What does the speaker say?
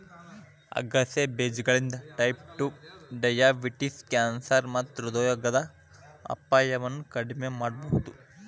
ಆಗಸೆ ಬೇಜಗಳಿಂದ type two diabetes, cancer ಮತ್ತ ಹೃದ್ರೋಗದ ಅಪಾಯವನ್ನ ಕಡಿಮಿ ಮಾಡಬೋದು